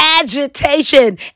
agitation